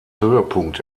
höhepunkt